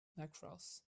lacrosse